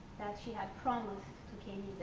that she had promised to kenize.